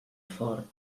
fort